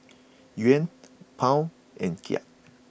Yuan Pound and Kyat